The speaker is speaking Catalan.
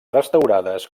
restaurades